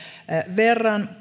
verran